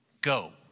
go